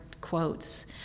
quotes